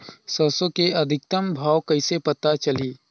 सरसो के अधिकतम भाव कइसे पता चलही?